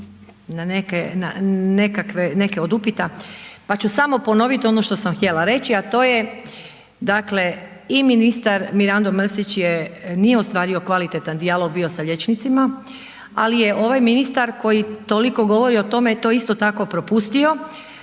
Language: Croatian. na neke od upita pa ću samo ponoviti ono što sam htjela reći a to je dakle i ministar Mirando Mrsić je, nije ostvario kvalitetan dijalog bio sa liječnicima ali je ovaj ministar koji toliko govori o tome to isto tako propustio